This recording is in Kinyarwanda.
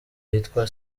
yitwa